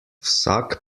vsak